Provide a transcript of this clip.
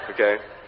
okay